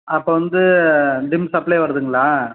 அப்போ வந்து டிம் சப்ளே வருதுங்களா